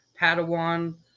Padawan